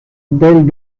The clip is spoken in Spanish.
del